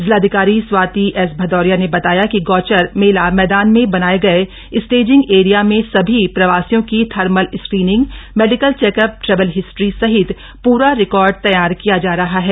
जिलाधिकारी स्वाति एस भदौरिया ने बताया है कि गौचर मेला मैदान में बनाए गए स्टेजिंग एरिया में सभी प्रवासियों की thermal screening medical checkup travel history सहित पूरा रिकार्ड तैयार किया जा रहा है